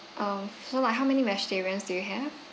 uh so like how many vegetarians do you have